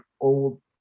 old